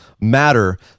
matter